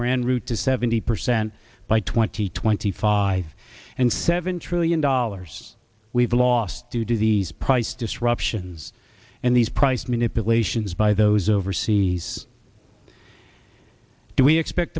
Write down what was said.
were en route to seventy percent by twenty twenty five and seven trillion dollars we've lost due to these price disruptions and these price manipulations by those overseas do we expect